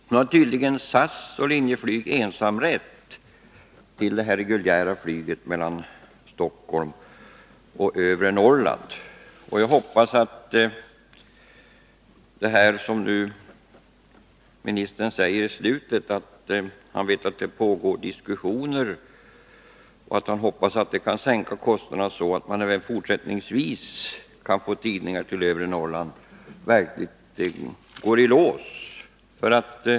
Men SAS och Linjeflyg har tydligen ensamrätt till detta reguljära flyg mellan Stockholm och övre Norrland. Kommunikationsministern säger i slutet av sitt svar att han vet att det pågår diskussioner och att han hoppas att man kan sänka kostnaderna så att man även fortsättningsvis kan få tidningar med flyg till övre Norrland. Jag hoppas verkligen att de diskussionerna går i lås.